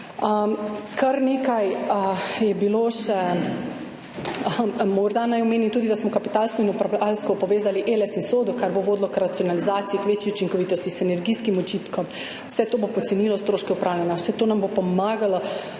elektromobilnosti. Morda naj omenim tudi, da smo kapitalsko in upravljavsko povezali Eles in SODO, kar bo vodilo k racionalizaciji, k večji učinkovitosti, sinergijskim učinkom. Vse to bo pocenilo stroške upravljanja, vse to nam bo pomagalo